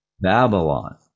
Babylon